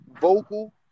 vocal